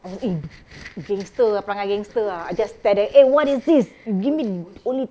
I was eh gangster ah perangai gangster ah I just tell them eh what is this you give me only